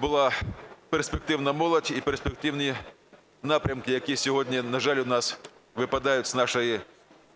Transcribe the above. була перспективна молодь і перспективні напрямки, які сьогодні, на жаль, у нас випадають з нашої